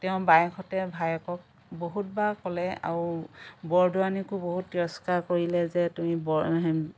তেওঁৰ বায়েকহঁতে ভায়েকক বহুতবাৰ ক'লে আৰু বৰদোৱানীকো বহুত তিৰস্কাৰ কৰিলে যে তুমি